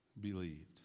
believed